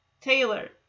Taylor